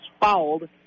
fouled